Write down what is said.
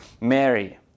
Mary